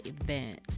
event